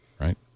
Right